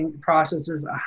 processes